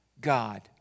God